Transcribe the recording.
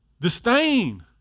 disdain